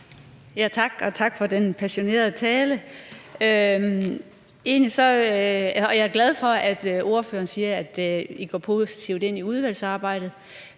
Tak. Og tak for den passionerede tale. Jeg er glad for, at ordføreren siger, at I går positivt ind i udvalgsarbejdet.